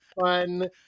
fun